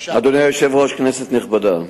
אדוני היושב-ראש, כנסת נכבדה,